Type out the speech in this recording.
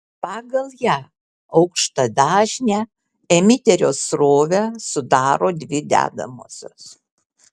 pagal ją aukštadažnę emiterio srovę sudaro dvi dedamosios